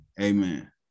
amen